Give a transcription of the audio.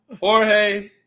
Jorge